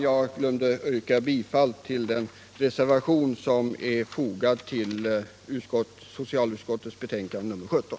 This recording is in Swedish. Jag yrkar bifall till den reservation som är fogad vid socialutskottets betänkande nr 17.